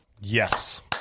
Yes